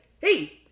Hey